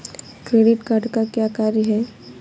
Credit card का क्या कार्य है?